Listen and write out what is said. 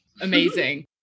Amazing